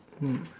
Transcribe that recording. mm